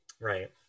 Right